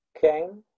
came